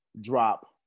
Drop